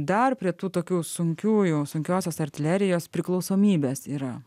dar prie tų tokių sunkių jau sunkiosios artilerijos priklausomybės yra